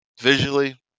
Visually